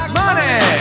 money